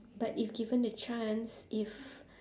but if given the chance if